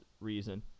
reason